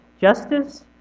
Justice